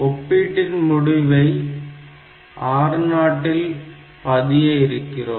ஒப்பீட்டின் முடிவை R0 இல் பதிய இருக்கிறோம்